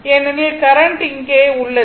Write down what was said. ஏனெனில் கரண்ட் இங்கே உள்ளது